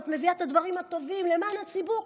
את מביאה את הדברים הטובים למען הציבור.